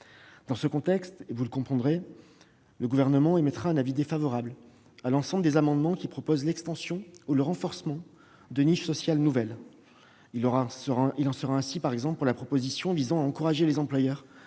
Dans ce contexte, vous comprendrez que le Gouvernement émette un avis défavorable sur l'ensemble des amendements qui visent à étendre ou à renforcer des niches sociales nouvelles. Il en sera ainsi de la proposition visant à encourager les employeurs